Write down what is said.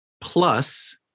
plus